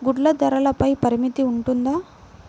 గుడ్లు ధరల పై పరిమితి ఉంటుందా?